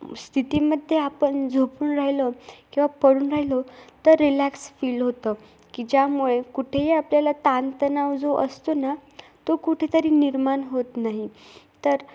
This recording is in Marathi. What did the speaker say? स्थितीमध्ये आपण झोपून राहिलो किंवा पडून राहिलो तर रिलॅक्स फील होतं की ज्यामुळे कुठेही आपल्याला ताणतणाव जो असतो ना तो कुठेतरी निर्माण होत नाही तर